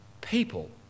People